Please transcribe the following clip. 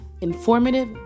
informative